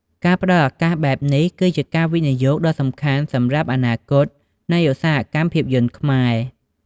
ការផ្តល់ឱកាសបែបនេះគឺជា ការវិនិយោគដ៏សំខាន់សម្រាប់អនាគតនៃឧស្សាហកម្មភាពយន្តខ្មែរ។